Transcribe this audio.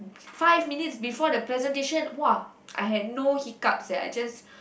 five minutes before the presentation !wah! I had no hiccups eh I just